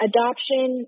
Adoption